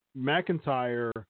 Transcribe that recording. McIntyre